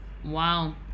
wow